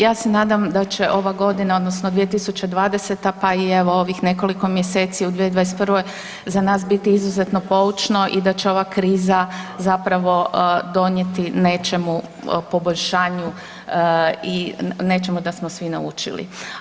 Ja se nadam da će ova godina odnosno 2020. pa i evo ovih nekoliko mjeseci u 2021. za nas biti izuzetno poučno i da će ova kriza zapravo donijeti nečemu poboljšanju i nečemu da smo svi naučili.